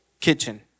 kitchen